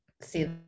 see